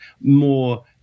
more